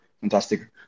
fantastic